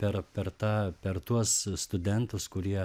per per tą per tuos studentus kurie